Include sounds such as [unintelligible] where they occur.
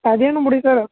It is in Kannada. ಅದೇನು ಬಿಡಿ ಸರ್ [unintelligible]